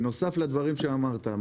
בנוסף לדברים שאמרת,